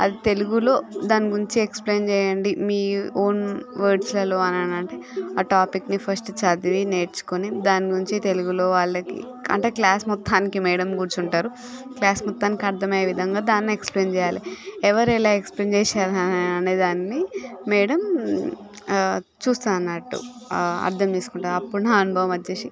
అది తెలుగులో దాని గురించి ఎక్స్ప్లెయిన్ చేయండి మీ ఓన్ వర్డ్స్లలో అని అంటే ఆ టాపిక్ని ఫస్ట్ చదివి నేర్చుకోని దాని నుంచి తెలుగులో వాళ్ళకి అంటే క్లాస్ మొత్తానికి మేడం కూర్చుంటారు క్లాస్ మొత్తానికి అర్థమయ్యే విధంగా దాన్ని ఎక్స్ప్లెయిన్ చేయాలి ఎవరు ఎలా ఎక్స్ప్లెయిన్ చేశారు అనేదాన్ని మేడం చూస్తారు అన్నట్టు అర్థం చేసుకుంటారు అప్పుడు అనుభవం వచ్చేసి